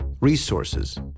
resources